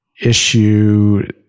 issue